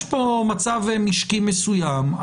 יש כאן מצב משקי מסוים,